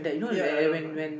ya ya I don't mind